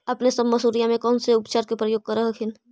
अपने सब मसुरिया मे कौन से उपचार के प्रयोग कर हखिन?